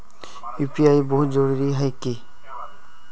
UPI बहुत जरूरी है की?